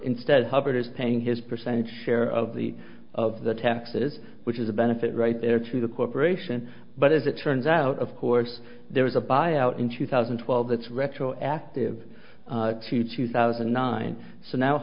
instead hubbard is paying his percentage share of the of the taxes which is a benefit right there to the corporation but as it turns out of course there was a buyout in two thousand and twelve that's retroactive future thousand nine so now